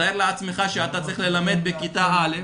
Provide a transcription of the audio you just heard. תאר לעצמך שאתה צריך ללמד בכיתה א'.